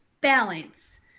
balance